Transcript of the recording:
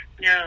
No